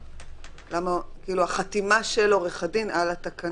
כאילו החתימה של עורך הדין על התקנון?